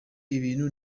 ibintu